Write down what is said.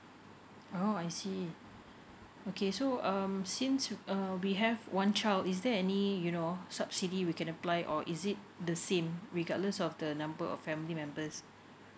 oh I see okay so um since you uh we have one child is there any you know subsidy we can apply or is it the same regardless of the number of family members